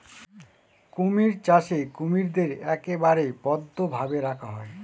কুমির চাষে কুমিরদের একেবারে বদ্ধ ভাবে রাখা হয়